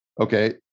Okay